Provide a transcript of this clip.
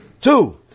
Two